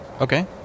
Okay